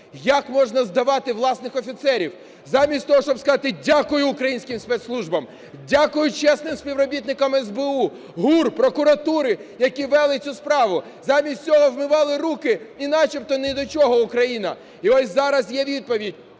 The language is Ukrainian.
Як можна здавати власних офіцерів?! Замість того, щоб сказати "дякую" українським спецслужбам, "дякую" чесним співробітникам СБУ, ГУР, прокуратури, які вели цю справу, замість цього вмивали руки, і начебто ні до чого Україна. І ось зараз є відповідь: